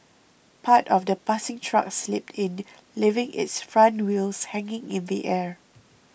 part of the passing truck slipped in leaving its front wheels hanging in the air